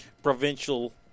provincial